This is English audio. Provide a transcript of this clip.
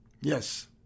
Yes